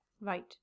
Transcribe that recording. Right